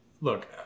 Look